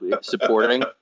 supporting